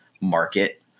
market